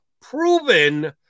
proven